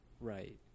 right